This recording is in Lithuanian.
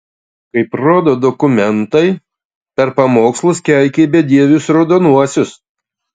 kaip rodo dokumentai per pamokslus keikei bedievius raudonuosius